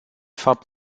fapt